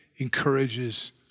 encourages